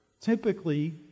typically